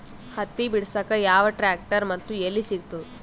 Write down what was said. ಹತ್ತಿ ಬಿಡಸಕ್ ಯಾವ ಟ್ರ್ಯಾಕ್ಟರ್ ಮತ್ತು ಎಲ್ಲಿ ಸಿಗತದ?